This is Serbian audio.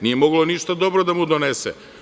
Nije moglo ništa dobro da mu donese.